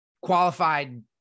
qualified